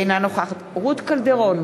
אינה נוכחת רות קלדרון,